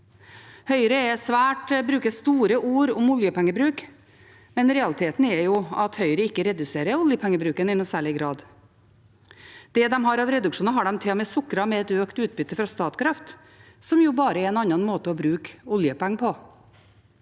Høyre bruker store ord om oljepengebruk, men realiteten er at Høyre ikke reduserer oljepengebruken i noen særlig grad. Det de har av reduksjoner, har de til og med sukret med et økt utbytte fra Statkraft, som jo bare er en annen måte å bruke oljepenger på.